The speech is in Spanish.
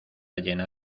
llena